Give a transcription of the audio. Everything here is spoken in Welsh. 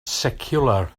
seciwlar